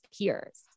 peers